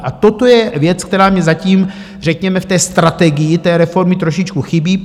A toto je věc, která mně zatím řekněme v strategii té reformy trošičku chybí.